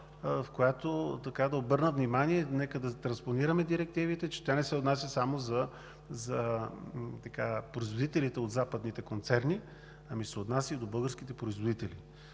в която да обърна внимание – нека да транспонираме директивите, те не се отнасят само за производителите от западните концерни, ами се отнасят и до българските производители.